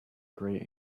great